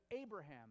Abraham